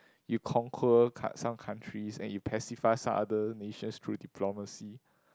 you conquer ka~ some countries and you pacify some other nations through diplomacy